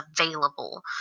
available